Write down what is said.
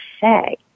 say